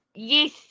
Yes